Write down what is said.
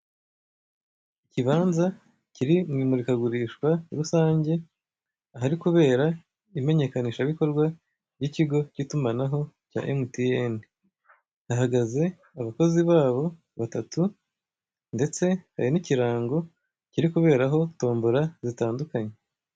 Ikibanza kiri mu imurikagurisha rusange, ahari kubera imenyekanishabikorwa ry'ikigo cy'itumanaho cya MTN, hahagaze abakozi babo batatu ndetse hari n'ikirango kiri kuberaho tombola zitandukanye.